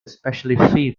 especially